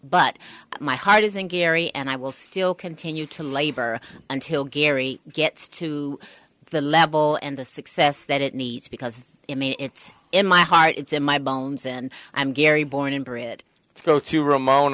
but my heart is in gary and i will still continue to labor until gary gets to the level and the success that it needs because to me it's in my heart it's in my bones and i'm gary born in brit let's go to ramon